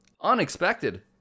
unexpected